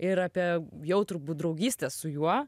ir apie jautrų bū draugystę su juo